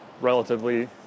relatively